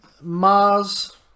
Mars